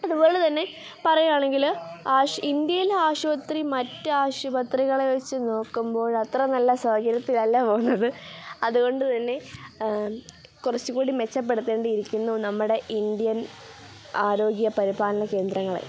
അതുപോലെ തന്നെ പറയുവാണെങ്കിൽ ആശ് ഇന്ത്യയിലെ ആശുപത്രി മറ്റ് ആശുപത്രികളെ വെച്ച് നോക്കുമ്പോൾ അത്ര നല്ല സൗകര്യത്തിലല്ല പോവുന്നത് അതുകൊണ്ട് തന്നെ കുറച്ചും കൂടി മെച്ചപ്പെടുത്തേണ്ടിയിരിക്കുന്നു നമ്മുടെ ഇന്ത്യൻ ആരോഗ്യ പരിപാലന കേന്ദ്രങ്ങൾ